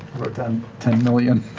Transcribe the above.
down ten million.